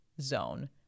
zone